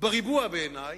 בריבוע בעיני,